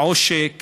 העושק